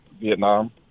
Vietnam